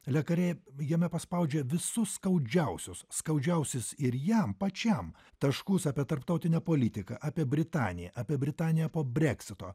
le karė jame paspaudžia visus skaudžiausius skaudžiausius ir jam pačiam taškus apie tarptautinę politiką apie britaniją apie britaniją po brexito